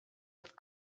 with